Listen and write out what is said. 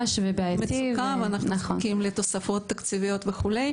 ואנחנו זקוקים לתוספות תקציביות וכו'.